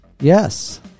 yes